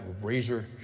razor